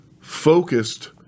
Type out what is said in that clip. focused